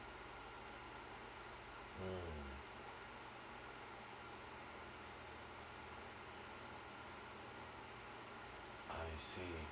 mm I see